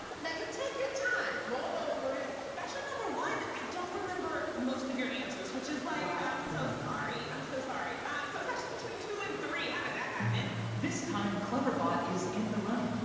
now, you take your time, mull over it. bachelor number one, i don't remember most of your answers, which is why wow. i'm so sorry. i'm so sorry. so it's actually between two and three. how did that happen? this time cleverbot is in the running.